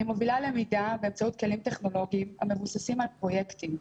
אני מובילה למידה באמצעות כלים טכנולוגים המבוססים על פרויקטים,